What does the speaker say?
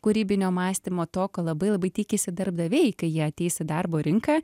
kūrybinio mąstymo to ką labai labai tikisi darbdaviai kai jie ateis į darbo rinką